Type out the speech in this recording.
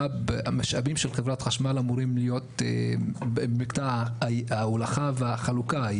המשאבים של חברת החשמל אמורים להיות במקטע ההולכה והחלוקה.